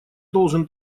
должен